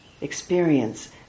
experience